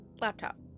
Laptop